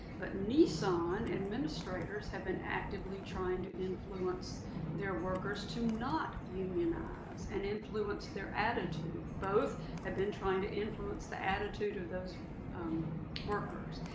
but nissan administrators have been actively trying to influence their workers to not unionize and influence their attitude. both have been trying to influence the attitude of those workers.